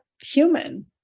human